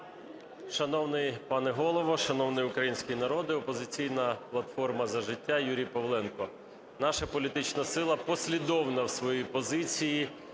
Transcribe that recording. Шановний пане Голово, шановний український народе, "Опозиційна платформа - За життя", Юрій Павленко. Наша політична сила послідовна в своїй позиції